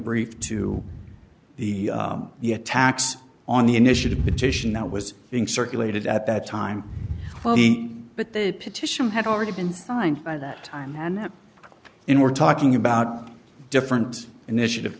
brief to the the attacks on the initiative petition that was being circulated at that time but the petition had already been signed by that time and in we're talking about different initiative